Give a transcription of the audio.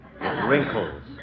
Wrinkles